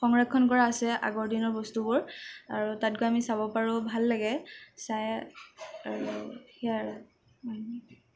সংৰক্ষণ কৰা আছে আগৰ দিনৰ বস্তুবোৰ আৰু তাত গৈ আমি চাব পাৰোঁ ভাল লাগে চাই আৰু সেয়াই আৰু